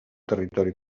territori